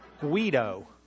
Guido